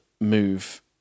move